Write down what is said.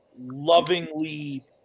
lovingly